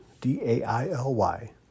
D-A-I-L-Y